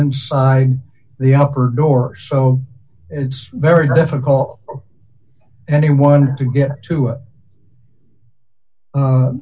inside the upper door so it's very difficult anyone to get to